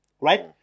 right